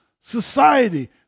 society